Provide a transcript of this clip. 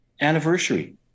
anniversary